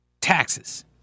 taxes